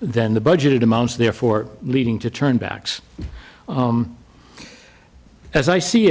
than the budget amounts therefore leading to turn backs as i see